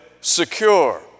secure